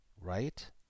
right